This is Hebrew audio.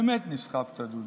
באמת נסחפת, דודי.